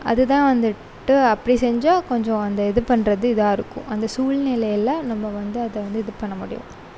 அதுதான் வந்துவிட்டு அப்படி செஞ்ச கொஞ்சம் அந்த இது பண்ணுறது இதாக இருக்கும் அந்த சூழ்நிலைல நம்ம வந்து அதை வந்து இது பண்ண முடியும்